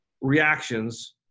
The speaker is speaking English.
reactions